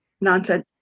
nonsense